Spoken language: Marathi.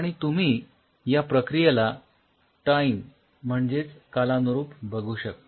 आणि तुम्ही या प्रक्रियेला टाइम म्हणजेच कालानुरूप बघू शकता